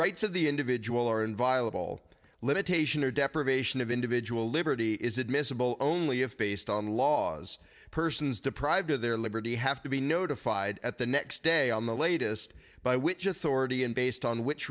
rights of the individual are inviolable limitation or deprivation of individual liberty is admissible only if based on laws persons deprived of their liberty have to be notified at the next day on the latest by which authority and based on which